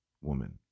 woman